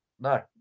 No